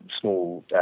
small